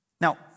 Now